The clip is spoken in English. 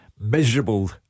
miserable